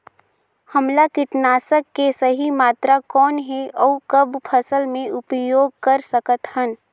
हमला कीटनाशक के सही मात्रा कौन हे अउ कब फसल मे उपयोग कर सकत हन?